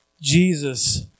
Jesus